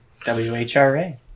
whra